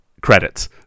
credits